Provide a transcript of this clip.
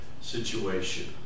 situation